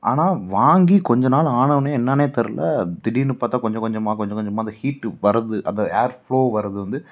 ஆனால் வாங்கி கொஞ்சம் நாள் ஆன ஒனே என்னானே தெரில திடீர்னு பார்த்தா கொஞ்சம் கொஞ்சமாக கொஞ்சம் கொஞ்சமாக அந்த ஹீட்டு வரது அந்த ஏர் ஃப்ளோ வரது வந்து